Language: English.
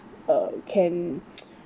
err can